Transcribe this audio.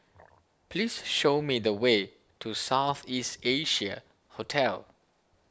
please show me the way to South East Asia Hotel